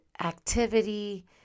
activity